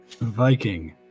Viking